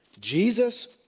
Jesus